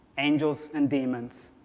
angels and demons,